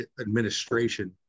administration